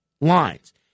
lines